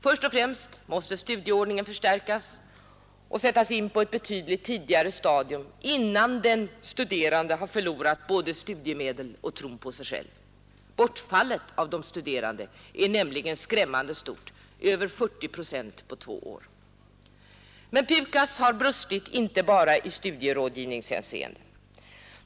Först och främst måste studievägledningen förstärkas och sättas in på ett betydligt tidigare stadium innan den studerande förlorat både studiemedel och tron på sig själv. Bortfallet av studerande är nämligen skrämmande stort, över 40 procent efter två års studier. Men PUKAS har brustit inte bara i studierådgivningshänseende.